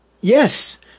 Yes